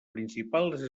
principals